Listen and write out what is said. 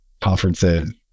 conferences